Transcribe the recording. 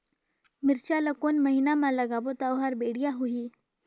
मिरचा ला कोन महीना मा लगाबो ता ओहार बेडिया होही?